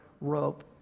rope